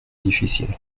difficile